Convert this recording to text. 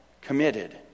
committed